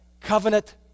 covenant